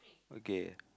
okay